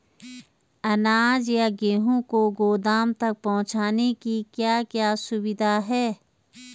अनाज या गेहूँ को गोदाम तक पहुंचाने की क्या क्या सुविधा है?